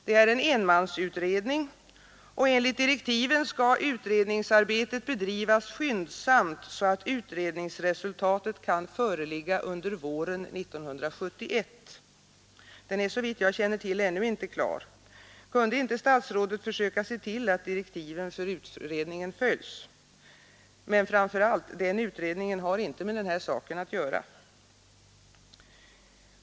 Det är en enmansutredning, och enligt direktiven skall utredningen bedrivas skyndsamt så att utredningsresultatet kan föreligga under våren 1971. Den är såvitt jag känner till ännu inte klar. Kunde inte statsrådet försöka se till att direktiven för utredningen följs? Men framför allt: Den utredningen har inte med den här saken att göra.